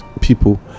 people